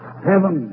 seven